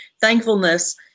thankfulness